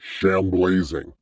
Shamblazing